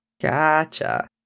Gotcha